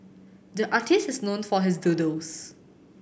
the artist is known for his doodles